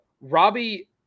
Robbie